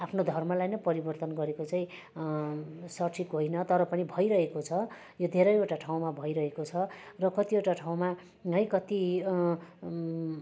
आफ्नो धर्मलाई नै परिवर्तन गरेको चाहिँ सठिक होइन तर पनि भइरहेको छ यो धेरैवटा ठाउँमा भइरहेको छ र कतिवटा ठाउँमा है कति